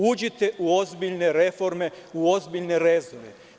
Uđite u ozbiljne reforme, u ozbiljne rezone.